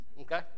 Okay